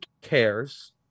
cares